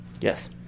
Yes